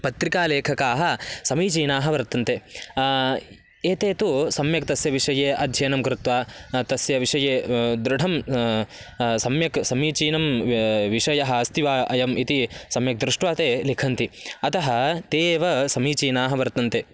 पत्रिकालेखकाः समीचीनाः वर्तन्ते एते तु सम्यक् तस्य विषये अध्ययनं कृत्वा तस्य विषये दृढं सम्यक् समीचीनं व्य विषयः अस्ति वा अयम् इति सम्यक् दृष्ट्वा ते लिखन्ति अतः ते एव समीचीनाः वर्तन्ते